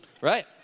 Right